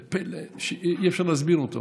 זה פלא שאי-אפשר להסביר אותו,